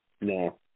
No